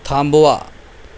थांबवा